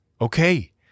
Okay